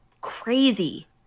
crazy